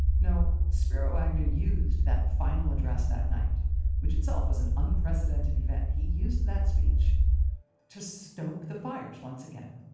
no, spiro agnew used that final address that night which itself was an unprecedented event he used that speech to stoke the fires once again.